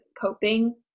coping